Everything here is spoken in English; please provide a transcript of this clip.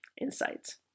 insights